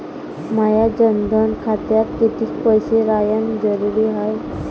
माया जनधन खात्यात कितीक पैसे रायन जरुरी हाय?